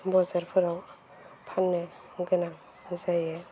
बाजारफोराव फान्नो गोनां जायो